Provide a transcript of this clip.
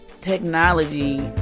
technology